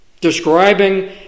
Describing